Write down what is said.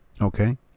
Okay